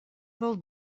del